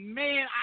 man